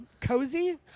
cozy